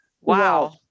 Wow